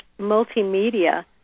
multimedia